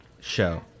show